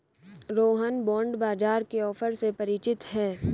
Rohan bond बाजार के offer से परिचित है